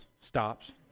stops